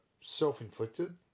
self-inflicted